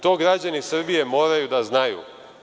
To građani Srbije moraju da znaju.